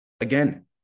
again